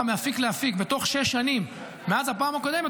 מאפיק לאפיק בתוך שש שנים מאז הפעם הקודמת,